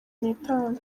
nitanu